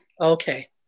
Okay